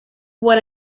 what